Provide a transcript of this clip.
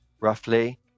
roughly